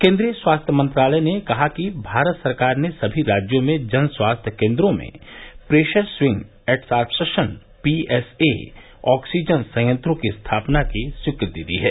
केन्द्रीय स्वास्थ्य मंत्रालयने कहा कि भारत सरकार ने सभी राज्यों में जन स्वास्थ्य केंद्रों में प्रेशरस्विंग एडशॉर्प्शन पीएसए ऑक्सीजन संयंत्रों की स्थापना की स्वीकृति दी है